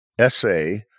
essay